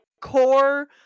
core